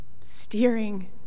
steering